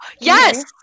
Yes